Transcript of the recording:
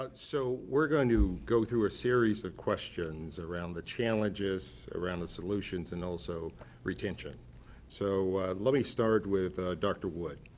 but so we're going to go through a series of questions around the challenges, around the solutions, and also retention so let me start with dr. wood.